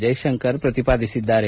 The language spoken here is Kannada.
ಜೈಶಂಕರ್ ಪ್ರತಿಪಾದಿಸಿದ್ದಾರೆ